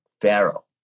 pharaoh